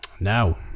Now